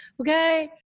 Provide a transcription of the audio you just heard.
Okay